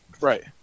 Right